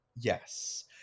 Yes